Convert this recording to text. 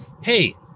hey